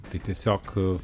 tai tiesiog